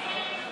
אי-אמון